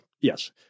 Yes